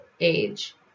age